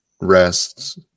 rests